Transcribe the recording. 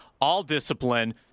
all-discipline